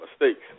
mistakes